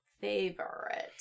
favorite